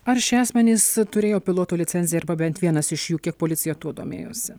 ar šie asmenys turėjo piloto licenciją arba bent vienas iš jų kiek policija tuo domėjosi